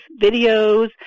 videos